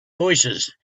voicesand